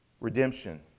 Redemption